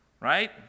right